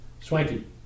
swanky